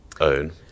own